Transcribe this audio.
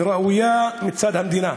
וראויה מצד המדינה.